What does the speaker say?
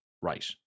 right